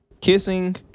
kissing